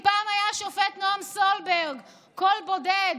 אם פעם היה השופט נועם סולברג קול בודד,